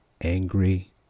angry